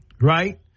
Right